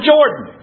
Jordan